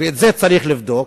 ואת זה צריך לבדוק,